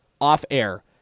off-air